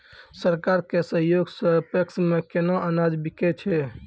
सरकार के सहयोग सऽ पैक्स मे केना अनाज बिकै छै?